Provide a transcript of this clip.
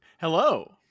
Hello